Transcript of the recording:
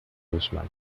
guzmán